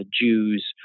Jews